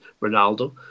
Ronaldo